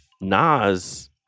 Nas